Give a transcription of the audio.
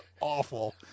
awful